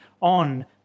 on